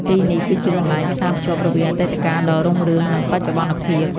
ទីនេះគឺជាកន្លែងផ្សារភ្ជាប់រវាងអតីតកាលដ៏រុងរឿង និងបច្ចុប្បន្នភាព។